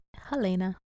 Helena